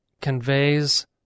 conveys